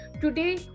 Today